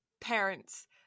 parents